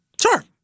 Sure